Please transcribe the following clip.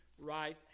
right